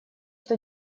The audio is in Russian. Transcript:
что